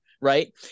right